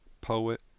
poet